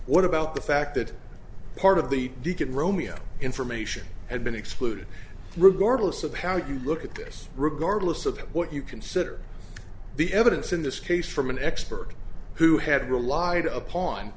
what about the fact that part of the deacon romeo information had been excluded regardless of how you look at this regardless of what you consider the evidence in this case from an expert who had relied upon